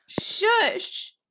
shush